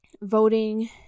voting